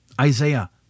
Isaiah